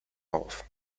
auf